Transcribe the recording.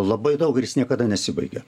labai daug ir jis niekada nesibaigia